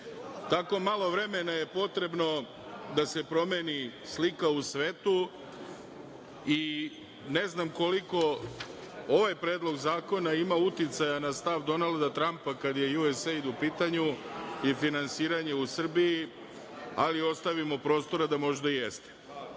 malo vremena je potrebno da se promeni slika u svetu i ne znam koliko ovaj predlog zakona ima uticaja na stav Donalda Trampa kada je USAID u pitanju i finansiranje u Srbiji, ali ostavimo prostora da možda i